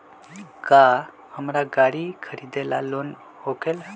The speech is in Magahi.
का हमरा गारी खरीदेला लोन होकेला?